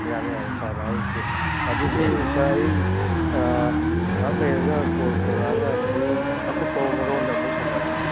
ꯌꯥꯅꯤ ꯌꯥꯅꯤ ꯁꯥꯔꯅ ꯍꯥꯏꯔꯤꯗꯨꯁꯨ ꯑꯗꯨꯗꯤ ꯁꯥꯔ ꯑꯩ ꯉꯥꯏꯍꯥꯛ ꯂꯩꯔꯒ ꯀꯣꯜ ꯇꯧꯔꯛꯑꯒ ꯍꯣꯔꯦꯟ ꯑꯀꯨꯞꯄ ꯃꯔꯣꯟꯗ ꯑꯃꯨꯛ ꯁꯥꯟꯅꯔꯁꯦ